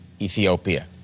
Ethiopia